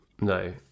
No